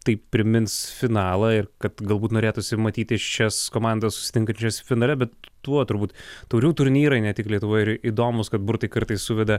tai primins finalą ir kad galbūt norėtųsi matyti šias komandas susitinkančias finale bet tuo turbūt taurių turnyrai ne tik lietuvoje ir įdomūs kad burtai kartais suveda